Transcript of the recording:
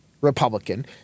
Republican